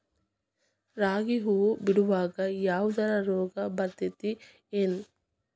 ರಾಗಿ ಹೂವು ಬಿಡುವಾಗ ಯಾವದರ ರೋಗ ಬರತೇತಿ ಏನ್?